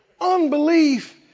Unbelief